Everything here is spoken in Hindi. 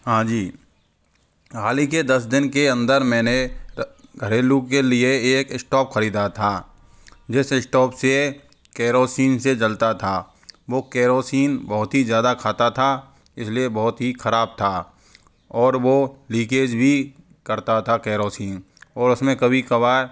हाँ जी हालही के दस दिन के अंदर मैंने घरेलू के लिए एक स्टॉप ख़रीदा था जिस स्टॉप से केरोसिन से जलता था वो केरोसिन बहुत ही ज़्यादा खाता था इस लिए बहुत ही ख़राब था और वो लीकेज भी करता था केरोसिन और उस में कभी कभार